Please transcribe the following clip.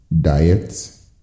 Diets